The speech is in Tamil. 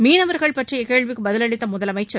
மீனவர்கள் பற்றிய கேள்விக்கு பதிலளித்த முதலமைச்சர்